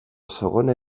segona